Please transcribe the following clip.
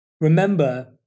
Remember